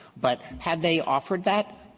but had they offered that,